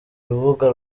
urubuga